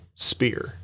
spear